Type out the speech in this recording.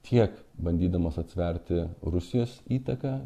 tiek bandydamos atsverti rusijos įtaką